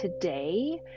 today